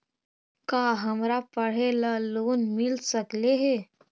का हमरा पढ़े ल लोन मिल सकले हे?